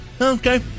Okay